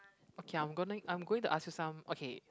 okay I'm gonna I'm going to ask you some okay